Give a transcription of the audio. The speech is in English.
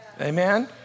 Amen